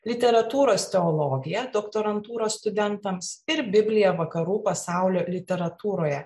literatūros teologija doktorantūros studentams ir biblija vakarų pasaulio literatūroje